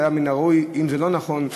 שאם זה לא נכון,